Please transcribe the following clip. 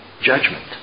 judgment